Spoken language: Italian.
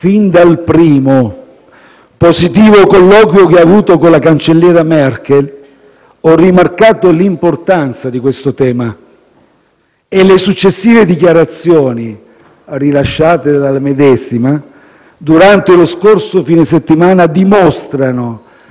Fin dal primo positivo colloquio che ho avuto con la cancelliera Merkel ho rimarcato l'importanza di questo tema e le successive dichiarazioni rilasciate dalla medesima durante lo scorso fine settimana dimostrano